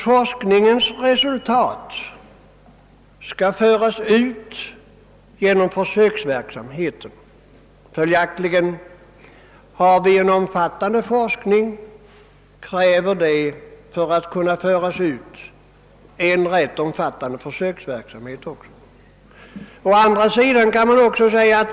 Forskningens resultat skall föras ut genom försöksverksamheten. Har vi en omfattande forskning, kräver det följaktligen att vi också har en rätt omfattande försöksverksamhet.